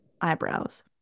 eyebrows